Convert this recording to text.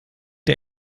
der